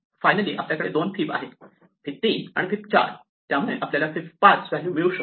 finally आपल्याकडे दोन fib आहेत फिब 3 आणि फिब 4 आहेत त्यामुळे आपल्याला फिब 5 व्हॅल्यू मिळू शकते